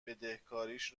بدهکاریش